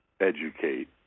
educate